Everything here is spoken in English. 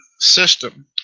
system